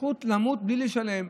הזכות למות בלי לשלם,